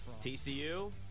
TCU